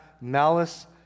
malice